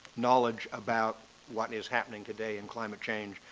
knowledge about what is happening today in climate change,